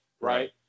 Right